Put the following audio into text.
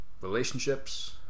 relationships